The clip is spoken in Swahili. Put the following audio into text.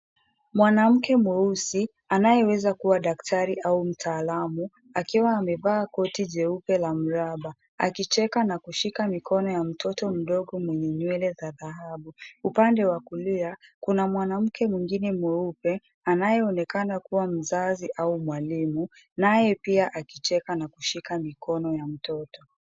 Mwanamke mweusi, anayeweza kuwa daktari au mtaalamu, akiwa amevaa koti jeupe la mraba akicheka na kushika mikono ya mtoto mdogo mwenye nywele za dhahabu. Upande wa kulia, kuna mwanamke mwingine mweupe, anayeonekana kuwa mzazi au mwalimu, naye pia akicheka na kushika mikono ya mtoto.